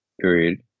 period